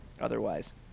otherwise